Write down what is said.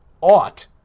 ought